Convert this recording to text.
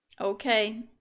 Okay